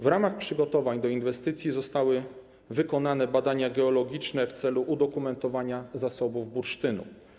W ramach przygotowań do inwestycji zostały wykonane badania geologiczne w celu udokumentowania zasobów bursztynu.